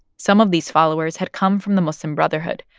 some of these followers had come from the muslim brotherhood,